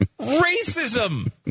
Racism